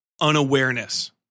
unawareness